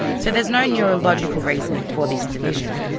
so there is no neurological reason for this division.